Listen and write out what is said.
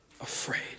afraid